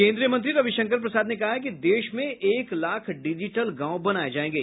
केन्द्रीय मंत्री रविशंकर प्रसाद ने कहा है कि देश में एक लाख डिजिटल गांव बनाये जायेंगे